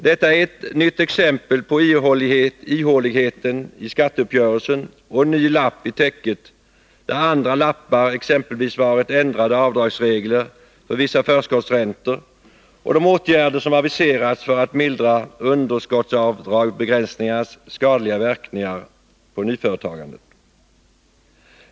Detta är ett nytt exempel på ihåligheten i skatteuppgörelsen, en ny lapp i täcket, där andra lappar varit exempelvis ändrade avdragsregler för vissa förskottsräntor och de åtgärder som har aviserats för att mildra underskottsavdragsbegränsningarnas skadliga verkningar på nyföretagandet.